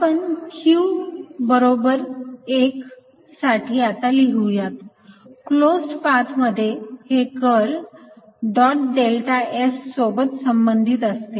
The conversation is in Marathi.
आपण q 1 साठी आता लिहूयात क्लोज्ड पाथ मध्ये हे कर्ल डॉट डेल्टा S सोबत संबंधित असते